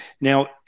Now